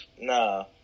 Nah